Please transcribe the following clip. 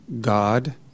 God